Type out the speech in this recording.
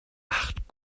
acht